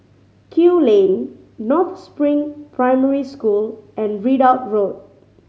Kew Lane North Spring Primary School and Ridout Road